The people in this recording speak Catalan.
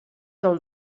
del